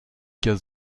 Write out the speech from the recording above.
case